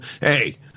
Hey